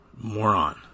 Moron